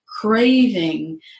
craving